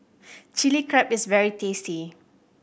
Chili Crab is very tasty